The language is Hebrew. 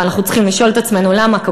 ואנחנו צריכים לשאול את עצמנו למה כל